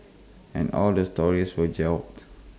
and all the stories were gelled